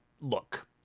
look